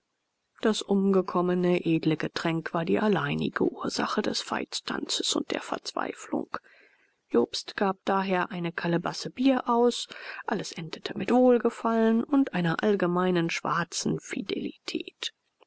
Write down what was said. das umgekommene edle getränk war die alleinige ursache des veitstanzes und der verzweiflung jobst gab daher eine kalebasse bier aus alles endete mit wohlgefallen und einer allgemeinen schwarzen